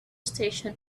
station